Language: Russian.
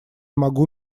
могу